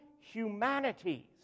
humanities